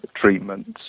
treatments